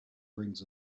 brings